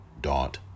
dot